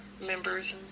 members